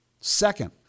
Second